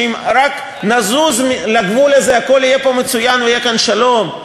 שאם רק נזוז לגבול הזה הכול יהיה פה מצוין ויהיה כאן שלום?